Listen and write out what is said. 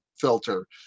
filter